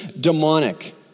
demonic